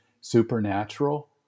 supernatural